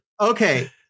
Okay